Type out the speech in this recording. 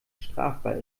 strafbar